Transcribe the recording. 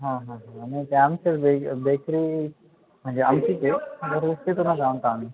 हां हां हां आणि ते आमचंच बे बेकरी म्हणजे आमची च आहे